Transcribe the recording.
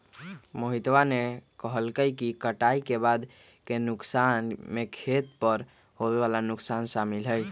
मोहितवा ने कहल कई कि कटाई के बाद के नुकसान में खेत पर होवे वाला नुकसान शामिल हई